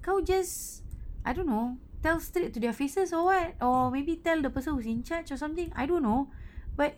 can't we just I don't know tell straight to their faces or what or maybe tell the person who's in charge or something I don't know but